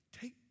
take